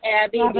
abby